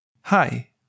Hi